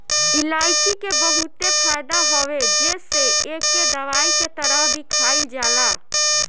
इलायची के बहुते फायदा हवे जेसे एके दवाई के तरह भी खाईल जाला